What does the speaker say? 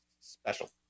special